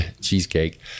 cheesecake